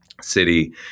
city